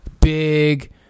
Big